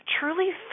Truly